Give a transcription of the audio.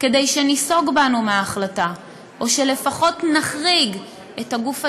כדי שניסוג מההחלטה, או שלפחות נחריג את הגוף הזה,